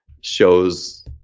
shows